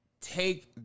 take